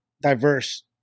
diverse